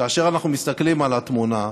כאשר אנחנו מסתכלים על התמונה,